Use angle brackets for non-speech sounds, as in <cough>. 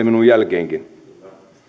<unintelligible> minun jälkeenikin